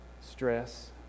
stress